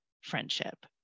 friendship